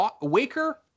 Waker